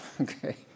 Okay